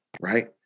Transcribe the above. right